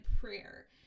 prayer